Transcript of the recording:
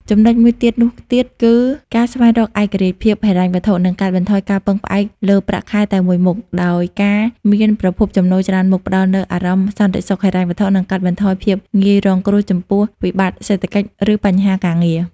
ចំណុចមួយទៀតនោះទៀតគឺ ការស្វែងរកឯករាជ្យភាពហិរញ្ញវត្ថុ និងកាត់បន្ថយការពឹងផ្អែកលើប្រាក់ខែតែមួយមុខ ដោយការមានប្រភពចំណូលច្រើនមុខ ផ្តល់នូវអារម្មណ៍សន្តិសុខហិរញ្ញវត្ថុ និងកាត់បន្ថយភាពងាយរងគ្រោះចំពោះវិបត្តិសេដ្ឋកិច្ច ឬបញ្ហាការងារ។